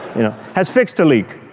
has fixed a leak,